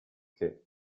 che